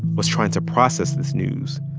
was trying to process this news,